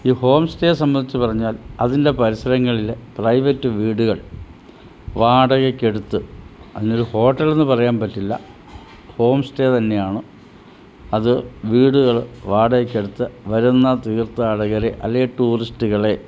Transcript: ഈ home stay സംബന്ധിച്ച് പറഞ്ഞാൽ അതിൻ്റെ പരിസരങ്ങളില് പ്രൈവറ്റ് വീടുകൾ വാടകയ്ക്കെടുത്ത് അതിന് ഹോട്ടൽ എന്നുപറയാൻ പറ്റില്ല ഹോം സ്റ്റേയ് തന്നെയാണ് അത് വീടുകള് വാടകയ്ക്ക് എടുത്ത് വരുന്ന തീർത്ഥാടകരെ അല്ലേൽ ടൂറിസ്റ്റുകളെ